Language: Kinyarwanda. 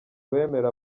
bemera